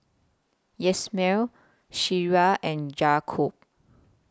Yasmeen Ciera and Jakob